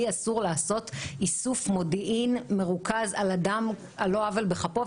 לי אסור לעשות איסוף מודיעין מרוכז על אדם על לא עוול בכפו,